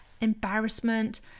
embarrassment